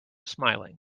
smiling